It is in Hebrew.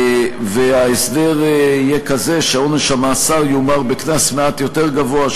וההסדר יהיה כזה שעונש המאסר יומר בקנס מעט יותר גבוה,